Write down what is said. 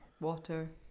Water